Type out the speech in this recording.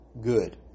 good